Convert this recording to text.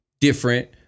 different